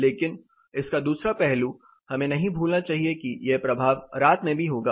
लेकिन इसका दूसरा पहलू हमें नहीं भूलना चाहिए कि यह प्रभाव रात में भी होगा